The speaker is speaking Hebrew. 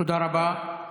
תודה רבה.